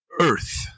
Earth